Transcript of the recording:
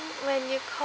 when you call